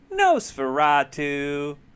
Nosferatu